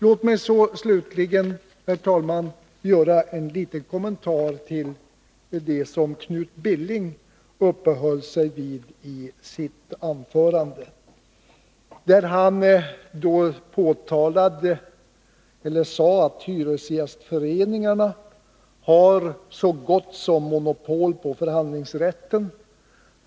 Låt mig slutligen, herr talman, göra en liten kommentar till det som Knut Billing uppehöll sig vid i sitt anförande. Han sade att hyresgästföreningarna har så gott som monopol på förhandlingsrätten.